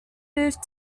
moved